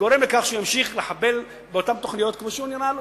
וגורם לכך שהוא ימשיך לחבל באותן תוכניות כמו שנראה לו.